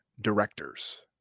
directors